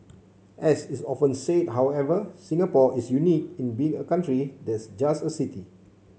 as is often said however Singapore is unique in being a country that's just a city